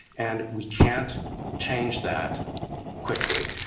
and we can't change that quickly.